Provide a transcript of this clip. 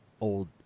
old